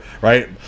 right